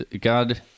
God